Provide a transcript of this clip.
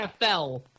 NFL